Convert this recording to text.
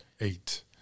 eight